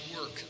work